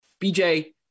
BJ